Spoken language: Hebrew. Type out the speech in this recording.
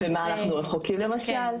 במה אנחנו רחוקים למשל?